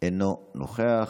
אינו נוכח,